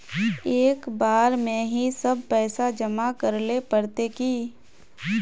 एक बार में ही सब पैसा जमा करले पड़ते की?